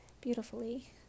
beautifully